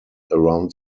around